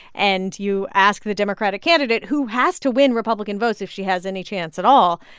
and you ask the democratic candidate, who has to win republican votes if she has any chance at all,